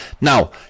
Now